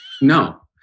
No